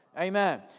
Amen